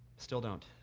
still don't